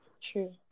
true